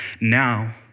now